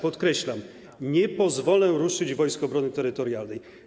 Podkreślam: nie pozwolę ruszyć Wojsk Obrony Terytorialnej.